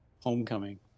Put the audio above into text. Homecoming